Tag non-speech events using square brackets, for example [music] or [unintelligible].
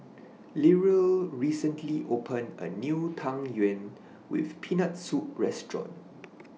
[unintelligible] recently opened A New Tang Yuen with Peanut Soup Restaurant